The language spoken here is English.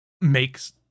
makes